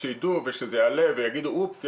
וכשיידעו וזה יעלה ויגידו: אופס,